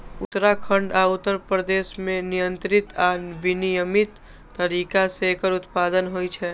उत्तराखंड आ उत्तर प्रदेश मे नियंत्रित आ विनियमित तरीका सं एकर उत्पादन होइ छै